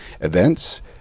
events